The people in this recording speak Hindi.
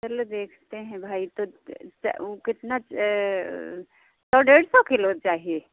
चलो देखते हैं भाई तो उ कितना सौ डेढ़ सौ किलो चाहिए